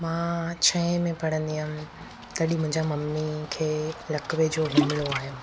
मां छहें में पढ़ंदी हुअमि तॾहिं मुंहिंजा मम्मी खे लकवे जो मामलो आहियो